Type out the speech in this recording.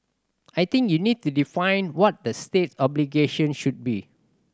I think you need to define what the state's obligations should be